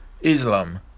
Islam